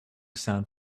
sound